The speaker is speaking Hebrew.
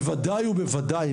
בוודאי ובוודאי,